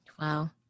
Wow